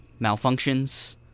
malfunctions